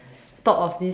thought of this